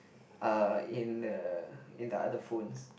uh in the in the other phones